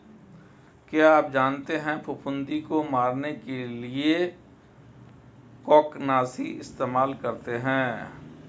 क्या आप जानते है फफूंदी को मरने के लिए कवकनाशी इस्तेमाल करते है?